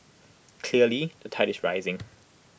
clearly the tide is rising